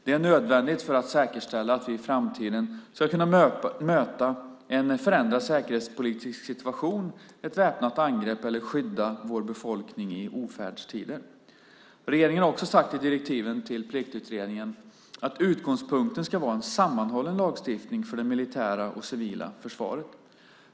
Det är nödvändigt för att säkerställa att vi i framtiden ska kunna möta en förändrad säkerhetspolitisk situation eller ett väpnat angrepp eller skydda vår befolkning i ofärdstider. Regeringen har också sagt i direktiven till Pliktutredningen att utgångspunkten ska vara en sammanhållen lagstiftning för det militära och det civila försvaret.